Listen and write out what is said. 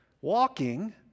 walking